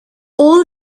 all